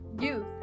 youth